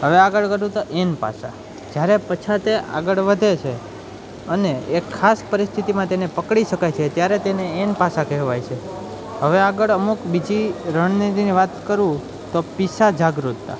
હવે આગળ કરું તો એન પાસા જ્યારે પછાત આગળ વધે છે અને એક ખાસ પરિસ્થિતિમાં તેને પકડી શકાય છે ત્યારે તેને એન પાસા કહેવાય છે હવે આગળ અમુક બીજી રણનીતિની વાત કરું તો પિસા જાગૃતતા